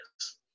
yes